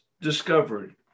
discovered